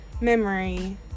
memory